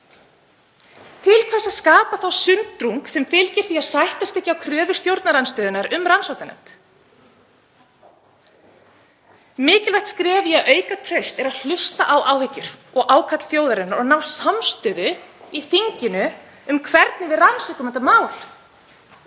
Til hvers að skapa sundrung sem fylgir því að sættast ekki á kröfu stjórnarandstöðunnar um rannsóknarnefnd? Mikilvægt skref í að auka traust er að hlusta á áhyggjur og ákall þjóðarinnar og ná samstöðu í þinginu um hvernig við rannsökum þetta mál.